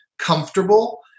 comfortable